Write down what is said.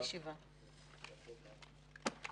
הישיבה ננעלה בשעה 11:25.